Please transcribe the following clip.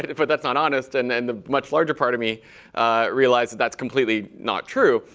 but that's not honest, and then the much larger part of me realized that that's completely not true.